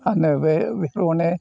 फानोबो बेफोरखौनो